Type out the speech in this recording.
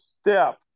step